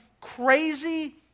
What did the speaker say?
crazy